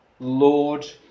Lord